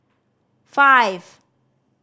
five